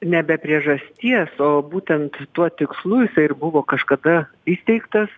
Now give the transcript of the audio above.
ne be priežasties o būtent tuo tikslu jisai ir buvo kažkada įsteigtas